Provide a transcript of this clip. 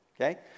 Okay